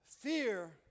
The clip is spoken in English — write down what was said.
fear